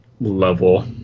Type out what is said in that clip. level